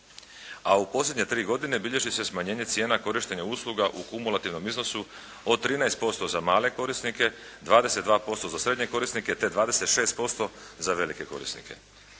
a u posljednje 3 godine bilježi se smanjenje korištenja usluga u kumulativnom iznosu od 13% za male korisnike, 22% za srednje korisnike te 26% za velike korisnike.